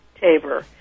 Tabor